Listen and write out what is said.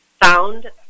found